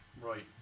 Right